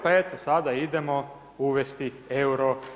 Pa eto sada idemo uvesti euro.